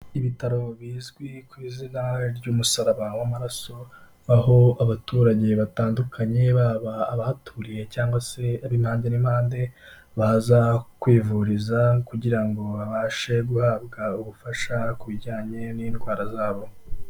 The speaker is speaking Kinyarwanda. Ibitaro bizwi ku izina ry'umusaraba w'amaraso, aho abaturage batandukanye, baba abahaturiye cyangwa abo impande n'impande baza kwivuriza kugira ngo babashe guhabwa ubufasha bijyanye n'indwara zabo.